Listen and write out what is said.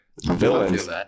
Villains